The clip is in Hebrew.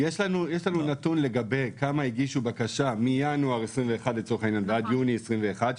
יש לנו נתון לגבי כמה הגישו בקשה מינואר 2021 עד יוני 2021,